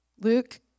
Luke